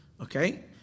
Okay